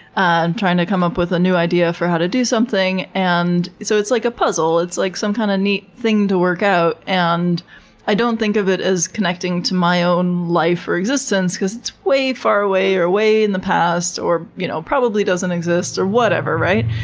i'm trying to come up with a new idea for how to do something. and so it's like a puzzle. it's like some kind of neat thing to work out. and i don't think of it as connecting to my own life or existence, because it's way far away, or way in the past, or you know, or probably doesn't exist or whatever, right?